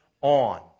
on